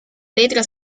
letra